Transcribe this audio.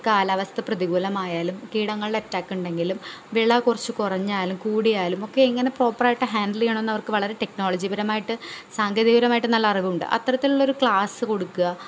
കാലാവസ്ഥ പ്രതികൂലമായാലും കീടങ്ങളുടെ അറ്റാക്ക് ഉണ്ടെങ്കിലും വിളവ് കുറച്ച് കുറഞ്ഞാലും കൂടിയാലും ഒക്കെ എങ്ങനെ പ്രോപ്പറായിട്ട് ഹാൻഡ്ൽ ചെയ്യണമെന്ന് അവർക്ക് വളരെ ടെക്നോളജി പരമായിട്ട് സാങ്കേതിക പരമായിട്ട് നല്ല അറിവുണ്ട് അത്തരത്തിലുള്ള ക്ലാസ് കൊടുക്കുക